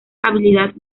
habilidad